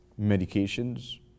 medications